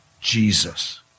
Jesus